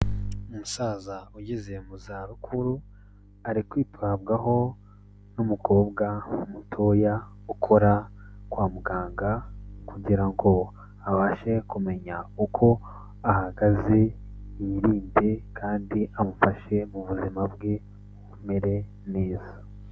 Umusaza ugeze mu za bukuru, ari kwitabwaho n'umukobwa mutoya ukora kwa muganga, kugira ngo abashe kumenya uko ahagaze, yirinde kandi amufashe mu buzima bwe bumere neza.